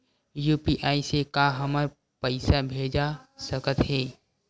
UPI से का हमर पईसा भेजा सकत हे?